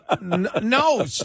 No